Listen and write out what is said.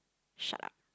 shut up